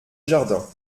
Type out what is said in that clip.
jardin